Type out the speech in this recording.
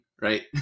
right